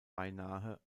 beinahe